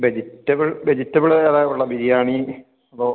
vegetable vegetable ഏതാണ് ഉള്ളത് ബിരിയാണി അപ്പോൾ